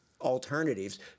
alternatives